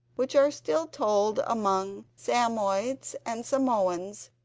which are still told among samoyeds and samoans,